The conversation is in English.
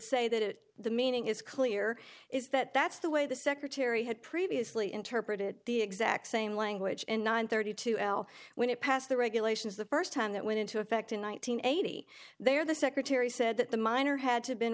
say that the meaning is clear is that that's the way the secretary had previously interpreted the exact same language in nine thirty two l when it passed the regulations the first time that went into effect in one nine hundred eighty there the secretary said that the miner had to been